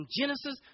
Genesis